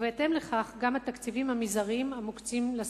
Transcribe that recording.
ובהתאם לכך גם התקציבים המזעריים המוקצים לספורט.